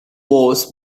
wars